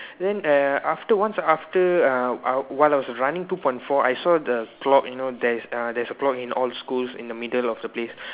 then uh after once after uh while I was running two point four I saw the clock you know there is uh there is a clock in all schools in the middle of the place